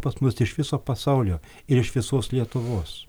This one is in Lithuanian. pas mus iš viso pasaulio ir iš visos lietuvos